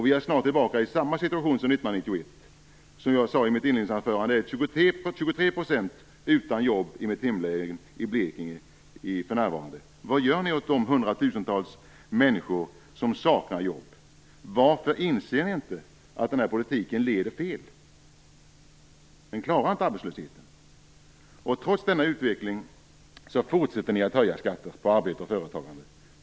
Vi är snart tillbaka i samma situation som 1991. 23 % är utan jobb i mitt hemlän Blekinge för närvarande. Vad gör ni åt de hundratusentals människor som saknar jobb? Varför inser ni inte att den här politiken leder fel? Den klarar inte arbetslösheten. Trots denna utveckling fortsätter ni att höja skatter på arbete och företagande.